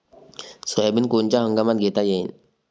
Soybean कोनच्या हंगामात घेता येईन?